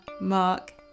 Mark